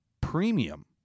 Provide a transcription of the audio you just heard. premium